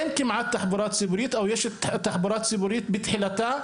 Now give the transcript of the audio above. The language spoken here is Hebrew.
אין כמעט תחבורה ציבורית או יש תחבורה ציבורית בתחילתה,